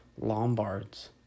lombards